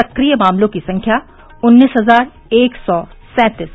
सक्रिय मामलों की संख्या उन्नीस हजार एक सौ सैंतीस